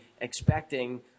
expecting